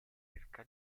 ricerca